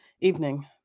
evening